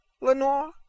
lenore